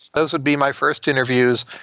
those would be my first interviews.